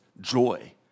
joy